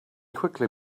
quickly